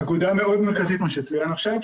נקודה מאוד מרכזית מה שצוין עכשיו,